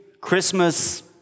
Christmas